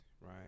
right